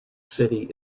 city